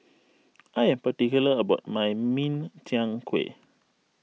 I am particular about my Min Chiang Kueh